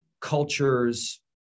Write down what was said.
cultures